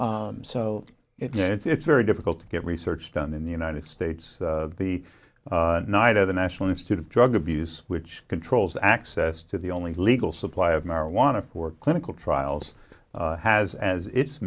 so it's very difficult to get research done in the united states the night of the national institute of drug abuse which controls access to the only legal supply of marijuana for clinical trials has as it